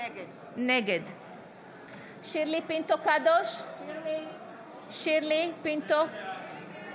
נגד שירלי פינטו קדוש, בעד מאיר פרוש, נגד יסמין